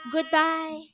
Goodbye